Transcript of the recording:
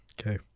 Okay